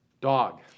Dog